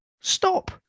Stop